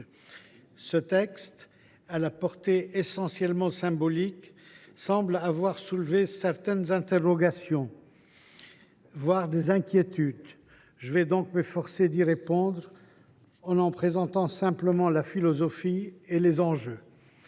Ce texte, à la portée essentiellement symbolique, semble avoir soulevé certaines interrogations, voire des inquiétudes, auxquelles je vais m’efforcer de répondre, en présentant sa philosophie et les enjeux.